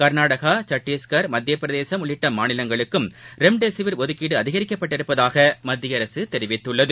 கர்நாடகா சத்தீஷ்கர் மத்தியபிரதேசம் உள்ளிட்டமாநிலங்களுக்கும் ரெம்டெசிவிர் ஒதுக்கீடுஅதிகரிக்கப்பட்டுள்ளதாகமத்தியஅரசுதெரிவித்துள்ளது